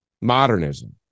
modernism